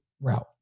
route